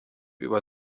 über